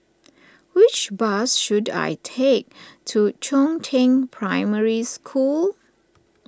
which bus should I take to Chongzheng Primary School